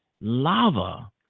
lava